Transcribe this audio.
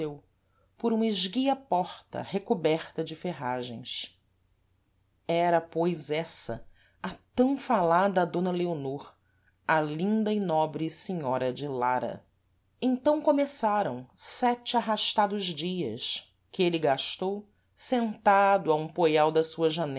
por uma esguia porta recoberta de ferragens era pois essa a tam falada d leonor a linda e nobre senhora de lara então começaram sete arrastados dias que êle gastou sentado a um poial da sua